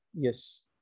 Yes